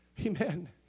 Amen